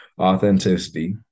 authenticity